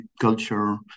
culture